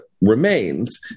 remains